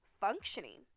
functioning